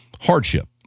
hardship